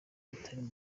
itarimo